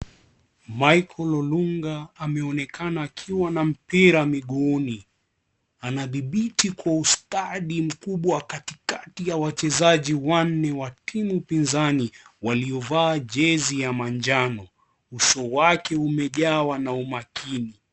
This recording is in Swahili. Michael Olunga ameonekana akiwa na mpira miguuni. Anadhibiti kwa ustadi mkubwa katikati ya wachezaji wanne wa timu pinzani waliovaa jezi ya manjano. Uso wake umejawa na umakini.